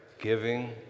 giving